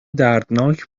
دردناک